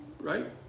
Right